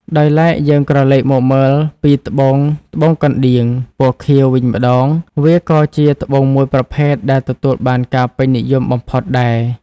ដោយឡែកយើងក្រឡេកមកមើលពីត្បូងត្បូងកណ្ដៀង ពណ៌ខៀវ វិញម្តង វាក៏ជាត្បូងមួយប្រភេទដែលទទួលបានការពេញនិយមបំផុតដែរ។